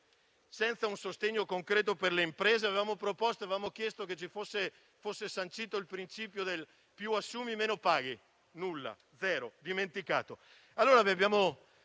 senza un sostegno concreto per le imprese? Avevamo chiesto che fosse sancito il principio del "più assumi, meno paghi", ma nulla.